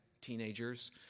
teenagers